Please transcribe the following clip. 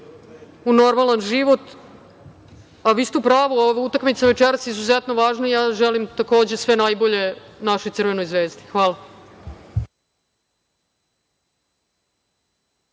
u normalan život. Vi ste u pravu, ova utakmica večeras je izuzetno važna i ja želim takođe sve najbolje našoj Crvenoj Zvezdi. Hvala.